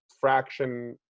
fraction